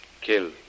kill